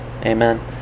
Amen